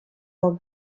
for